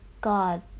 God